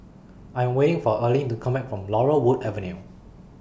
I Am waiting For Erline to Come Back from Laurel Wood Avenue